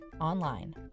online